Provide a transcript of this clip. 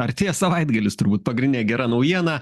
artėja savaitgalis turbūt pagrindinė gera naujiena